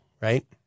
right